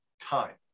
time